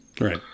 Right